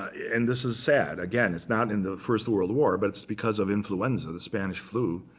and this is sad. again, it's not in the first world war, but it's because of influenza, the spanish flu.